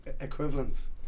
equivalents